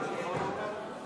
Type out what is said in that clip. לסעיף 6 לא נתקבלה.